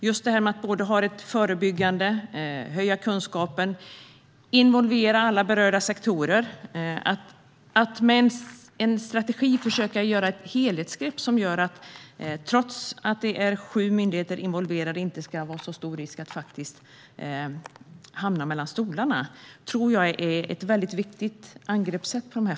Just det här med att bedriva ett förebyggande arbete, höja kunskapen, involvera alla berörda sektorer och med en strategi försöka ta ett helhetsgrepp som gör att det inte ska vara så stor risk att hamna mellan stolarna trots att det är sju myndigheter involverade tror jag är ett väldigt viktigt angreppssätt.